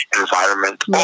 environment